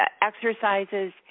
exercises